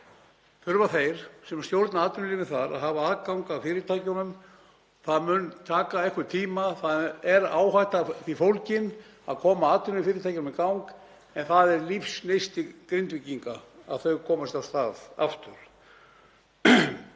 þurfa þeir sem stjórna atvinnulífinu þar að hafa aðgang að fyrirtækjunum. Það mun taka einhvern tíma og það er áhætta í því fólgin að koma atvinnufyrirtækjunum í gang en það er lífsneisti Grindvíkinga að þau komist af stað aftur.